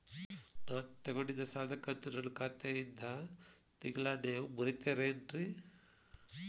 ನಾ ತೊಗೊಂಡಿದ್ದ ಸಾಲದ ಕಂತು ನನ್ನ ಖಾತೆಯಿಂದ ತಿಂಗಳಾ ನೇವ್ ಮುರೇತೇರೇನ್ರೇ?